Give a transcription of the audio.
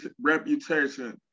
reputation